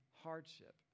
hardship